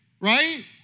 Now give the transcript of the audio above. right